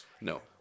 No